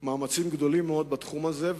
מאמצים גדולים מאוד בתחום הזה,